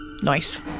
Nice